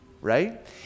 Right